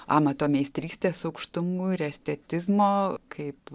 amato meistrystės aukštumų ir estetizmo kaip